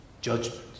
judgment